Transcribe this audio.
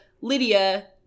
Lydia